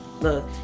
look